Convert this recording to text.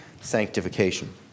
sanctification